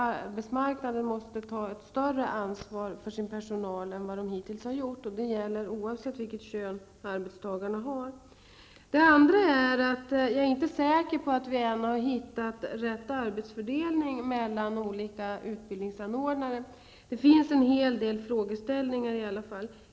Arbetsmarknaden måste ta ett större ansvar för sin personal än vad man hittills har gjort. Det gäller oavsett vilket kön arbetstagarna har. Jag är inte säker än på att vi har hittat rätt arbetsfördelning mellan olika utbildningsanordnare. Det finns en hel del frågeställningar i alla fall.